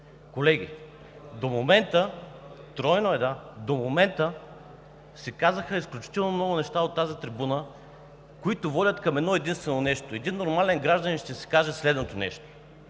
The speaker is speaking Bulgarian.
е, да. До момента се казаха изключително много неща от тази трибуна, които водят към едно единствено нещо, че един нормален гражданин ще си каже следното: ние